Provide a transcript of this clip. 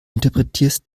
interpretierst